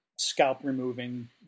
scalp-removing